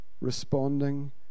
responding